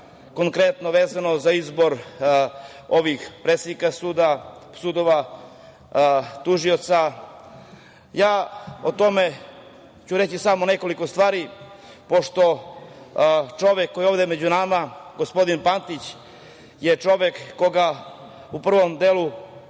konkretno vezano za izbor ovih predsednika sudova, tužioca, ja ću o tome reći samo nekoliko stvari, pošto čovek koji je ovde među nama, gospodin Pantić, je čovek koga u prvom delu